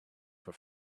for